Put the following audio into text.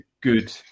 good